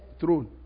throne